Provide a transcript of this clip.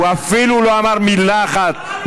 הוא אפילו לא אמר מילה אחת.